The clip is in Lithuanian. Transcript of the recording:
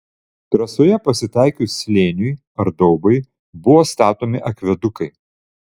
trasoje pasitaikius slėniui ar daubai buvo statomi akvedukai